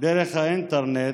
דרך האינטרנט,